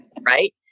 Right